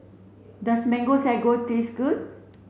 does mango sago taste good